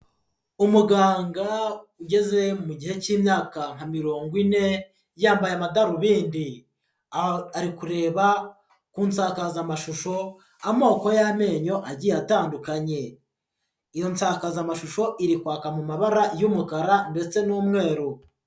Umuganga ugeze mu gihe k'imyaka nka mirongo ine, yambaye amadarubindi, ari kureba ku nsakazamashusho amoko y'amenyo agiye atandukanye, iyo nsazamashusho iri kwaka mu mabara y'umukara ndetse n'umweru.